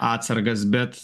atsargas bet